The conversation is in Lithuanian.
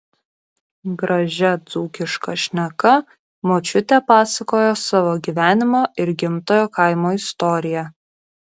gražia dzūkiška šneka močiutė pasakojo savo gyvenimo ir gimtojo kaimo istoriją